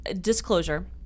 Disclosure